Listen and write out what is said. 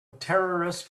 terrorist